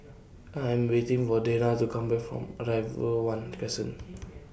I Am waiting For Danna to Come Back from Arrival one Crescent